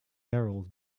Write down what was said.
barrels